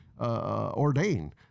Ordain